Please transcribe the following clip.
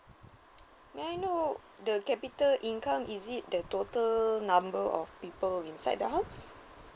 may I know the capita income is it the total number of people inside the house